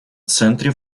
центре